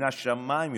"מן השמיים יוכיחו".